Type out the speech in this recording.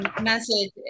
message